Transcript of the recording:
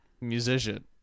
Musician